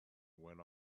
went